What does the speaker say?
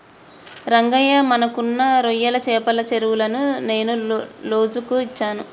రంగయ్య మనకున్న రొయ్యల చెపల చెరువులను నేను లోజుకు ఇచ్చాను